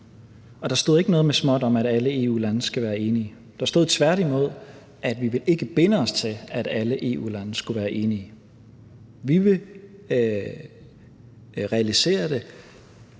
Og der stod ikke noget med småt om, at alle EU-lande skal være enige. Der stod tværtimod, at vi ikke vil binde os til, at alle EU-landene skulle være enige. Vi vil realisere det,